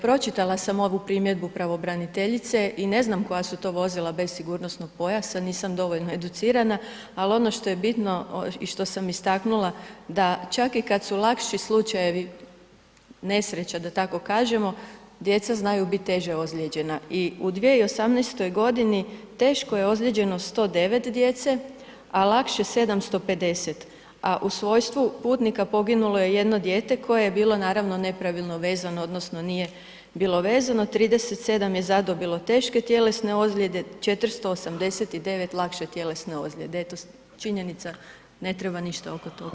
Pročitala sam ovu primjedbu pravobraniteljice i ne znam koja su to vozila bez sigurnosnog pojasa, nisam dovoljno educirana, al ono što je bitno i što sam istaknula da čak i kad su lakši slučajevi nesreća da tako kažemo, djeca znaju bit teže ozlijeđena i u 2018.g. teško je ozlijeđeno 109 djece, a lakše 750, a u svojstvu putnika poginulo je jedno dijete koje je bilo, naravno, nepravilno vezano odnosno nije bilo vezano, 37 je zadobilo teške tjelesne ozljede, 489 lakše tjelesne ozljede, eto činjenica, ne treba ništa oko toga.